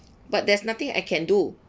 but there's nothing I can do